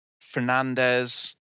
Fernandez